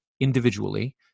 individually